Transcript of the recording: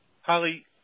Holly